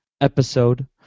episode